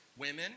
women